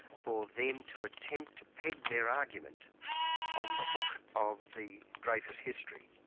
for them to attempt to peg their argument on the hook of the dreyfus history.